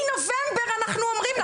מנובמבר אנחנו אומרים לך.